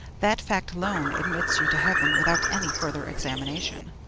that fact alone admits you to heaven without any further examination.